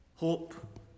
Hope